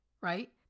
right